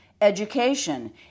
education